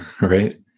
right